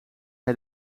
hij